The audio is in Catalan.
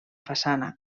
façana